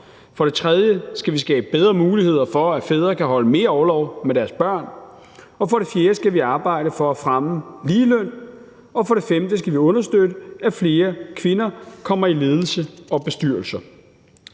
For det tredje skal vi skabe bedre muligheder for, at fædre kan holde mere orlov med deres børn. For det fjerde skal vi arbejde for at fremme ligeløn. Og for det femte skal vi understøtte, at flere kvinder kommer i ledelse og bestyrelser.